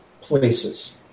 places